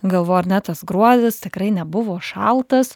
galvoju ar ne tas gruodis tikrai nebuvo šaltas